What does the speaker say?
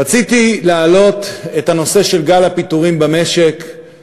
רציתי להעלות את הנושא של גל הפיטורים במשק,